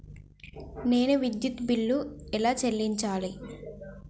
నేను విద్యుత్ బిల్లు ఎలా చెల్లించాలి?